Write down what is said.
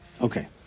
Okay